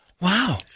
Wow